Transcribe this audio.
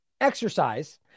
exercise